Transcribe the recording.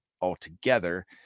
altogether